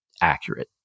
accurate